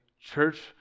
church